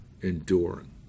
Enduring